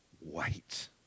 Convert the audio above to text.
wait